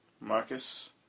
Marcus